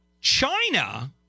China